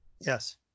Yes